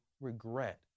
regret